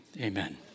amen